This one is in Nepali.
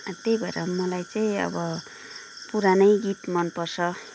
त्यही भएर मलाई चाहिँ अब पुरानै गीत मन पर्छ